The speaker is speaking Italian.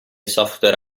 software